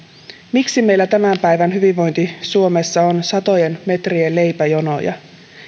miksi meillä tämän päivän hyvinvointi suomessa on satojen metrien leipäjonoja